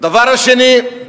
דבר שני,